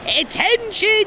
attention